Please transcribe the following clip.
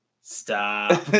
Stop